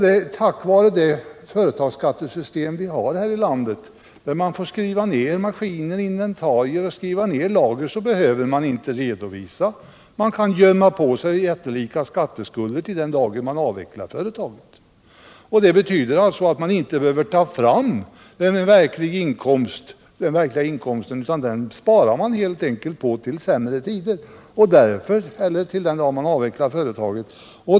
det är tack vare det företagsskattesystem vi har i vårt land där man får skriva ner maskiner, inventarier och lager, så att man inte behöver redovisa deras fulla värde. Man kan på detta sätt gömma undan jättelika skatteskulder fram till den dag när man avvecklar företaget. Det betyder att man inte behöver ta fram den verkliga inkomsten utan sparar den till sämre tider eller till den dag då man avvecklar företaget.